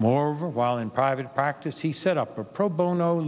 moreover while in private practice he set up a pro bono